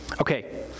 Okay